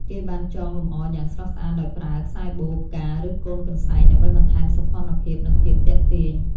គេបានចងលម្អយ៉ាងស្រស់ស្អាតដោយប្រើ ខ្សែបូ ផ្កា ឬកូនកន្សែង ដើម្បីបន្ថែមសោភ័ណភាព និងភាពទាក់ទាញ។